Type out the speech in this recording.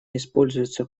используется